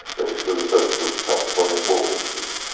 but this was a book which touched upon important issues.